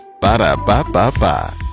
Ba-da-ba-ba-ba